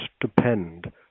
depend